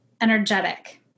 energetic